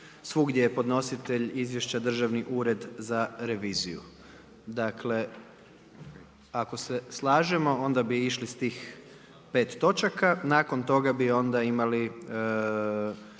Svugdje je podnositelj Državni ured za reviziju. Dakle ako se lažemo onda bi išli s tih pet točaka, nakon toga bi onda imali